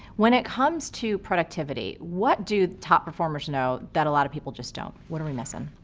when it comes to productivity, what do the top performers know that a lot of people just don't? what are we missing?